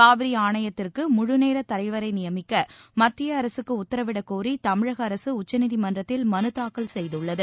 காவிரிஆணைத்திற்குமுழநேரத் தலைவரைநியமிக்கமத்தியஅரசுக்குஉத்தரவிடக் கோரிதமிழகஅரசுஉச்சநீதிமன்றத்தில் மனுதாக்கல் செய்துள்ளது